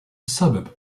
suburb